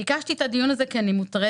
ביקשתי את הדיון הזה כי אני מוטרדת.